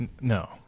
No